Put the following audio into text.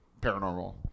paranormal